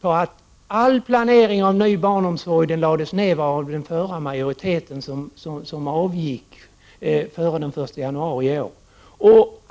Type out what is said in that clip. på att all planering för ny barnomsorg upphörde under den tidigare majoriteten, som alltså hade att avgå till den 1 januari i år.